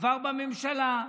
עבר בממשלה,